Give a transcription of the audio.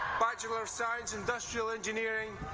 bachelor of science-industrial engineering